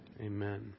Amen